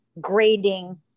grading